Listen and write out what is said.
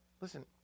Listen